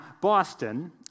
Boston